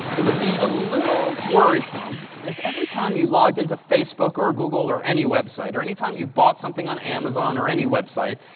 it would be a little worrisome if every time you logged into facebook or google or any website, or any time you bought something on amazon or any website,